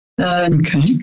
okay